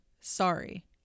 sorry